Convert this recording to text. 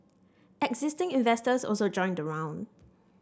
existing investors also joined the round